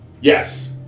Yes